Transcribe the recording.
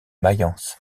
mayence